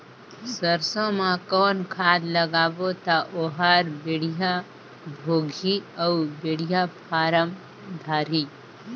सरसो मा कौन खाद लगाबो ता ओहार बेडिया भोगही अउ बेडिया फारम धारही?